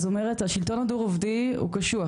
אז אני אומרת, השלטון הדו רובדי הוא קשוח.